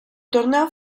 torneo